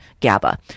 GABA